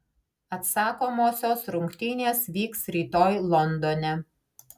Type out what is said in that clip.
atsakomosios rungtynės vyks rytoj londone